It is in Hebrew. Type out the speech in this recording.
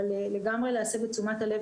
אבל לגמרי להסב את תשומת הלב,